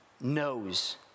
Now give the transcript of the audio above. knows